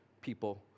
people